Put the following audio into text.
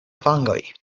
vangoj